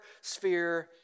sphere